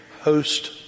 host